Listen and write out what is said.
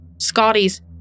Scotty's